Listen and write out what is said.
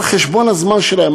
על-חשבון הזמן שלהם,